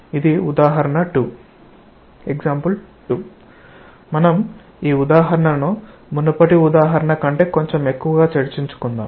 ఉదాహరణ 2 మనం ఈ ఉదాహరణను మునుపటి ఉదాహరణ కంటే కొంచెం ఎక్కువగా చర్చించుకుందాం